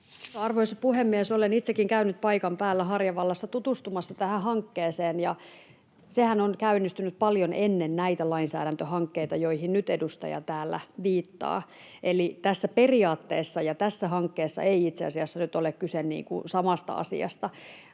Arvoisa puhemies! Olen itsekin käynyt paikan päällä Harjavallassa tutustumassa tähän hankkeeseen, ja sehän on käynnistynyt paljon ennen näitä lainsäädäntöhankkeita, joihin nyt edustaja täällä viittaa, eli tässä periaatteessa ja tässä hankkeessa ei itse asiassa nyt ole kyse samasta asiasta.